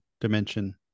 dimension